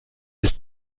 ist